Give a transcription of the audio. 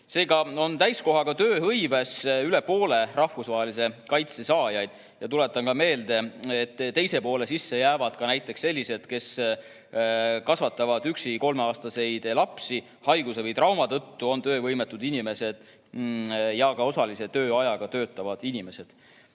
Seega on täiskohaga tööhõives üle poole rahvusvahelise kaitse saajatest. Tuletan ka meelde, et teise poole sisse jäävad ka näiteks sellised, kes kasvatavad üksi kolmeaastaseid lapsi, haiguse või trauma tõttu töövõimetud inimesed ja ka osalise tööajaga töötavad inimesed.